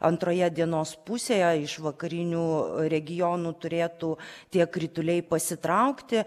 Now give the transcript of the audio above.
antroje dienos pusėje iš vakarinių regionų turėtų tie krituliai pasitraukti